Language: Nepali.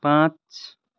पाँच